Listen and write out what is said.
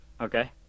Okay